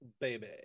baby